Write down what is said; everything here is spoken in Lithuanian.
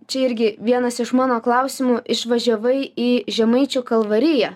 čia irgi vienas iš mano klausimų išvažiavai į žemaičių kalvariją